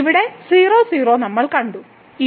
ഇവിടെ 00 നമ്മൾ കണ്ടു